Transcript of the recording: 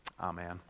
Amen